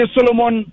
Solomon